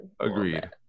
Agreed